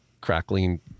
crackling